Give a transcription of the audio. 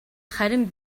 харин